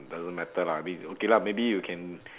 doesn't matter lah I mean okay lah maybe you can